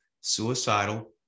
suicidal